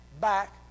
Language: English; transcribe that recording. back